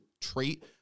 trait